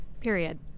period